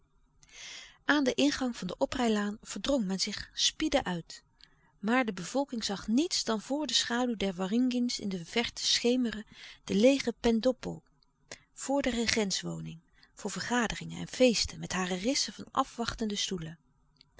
aan den ingang van de oprijlaan verdrong men zich spiedde uit maar de bevolking zag niets dan door de schaduw der waringins in de verte schemeren de leêge pendoppo voor de egent woning voor vergaderingen en feesten met hare rissen van afwachtende stoelen